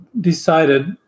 decided